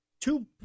Two